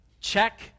Check